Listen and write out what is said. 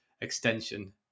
extension